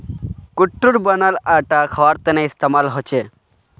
कुट्टूर बनाल आटा खवार तने इस्तेमाल होचे